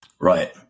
Right